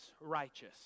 righteous